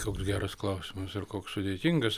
koks geras klausimas ir koks sudėtingas